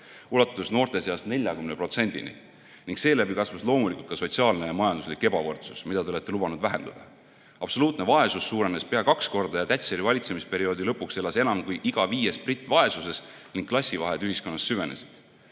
ulatus noorte seas 40%-ni. Seeläbi kasvas loomulikult ka sotsiaalne ja majanduslik ebavõrdsus, mida te olete lubanud vähendada. Absoluutne vaesus suurenes pea kaks korda ja Thatcheri valitsemisperioodi lõpuks elas enam kui iga viies britt vaesuses ning klassivahed ühiskonnas süvenesid.